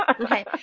Okay